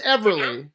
Everly